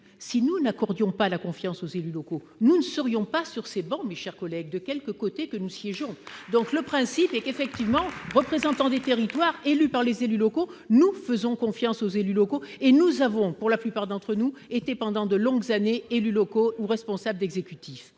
si nous n'accordions pas la confiance aux élus locaux, nous ne serions pas sur ces bancs, mes chers collègues, de quelque côté que nous siégeons donc le principe est qu'effectivement, représentant du territoire, élu par les élus locaux, nous faisons confiance aux élus locaux et nous avons, pour la plupart d'entre nous étaient pendant de longues années, élus locaux ou responsables d'exécutif,